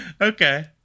Okay